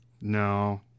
no